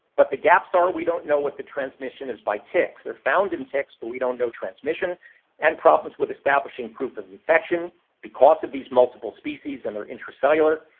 but the gaps are we don't know if the transmission is by ticks. they're found in ticks, but we don't know transmission and problems with establishing proof of infection because of these multiple species. and they're intracellular.